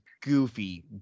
goofy